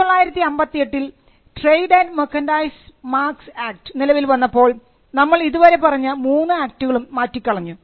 1958 ൽ trade and merchandise marks act നിലവിൽ വന്നപ്പോൾ നമ്മൾ ഇതുവരെ പറഞ്ഞ മൂന്ന് ആക്ടുകളും മാറ്റിക്കളഞ്ഞു